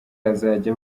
azajya